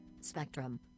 spectrum